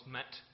met